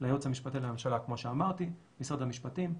לייעוץ המשפטי לממשלה כמו שאמרתי, משרד המשפטים.